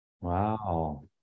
Wow